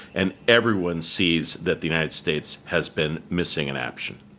and everyone sees that the united states has been missing in action.